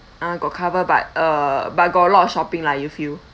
ah got cover but uh but got a lot of shopping lah you feel